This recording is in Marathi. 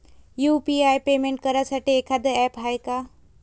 यू.पी.आय पेमेंट करासाठी एखांद ॲप हाय का?